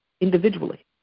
individually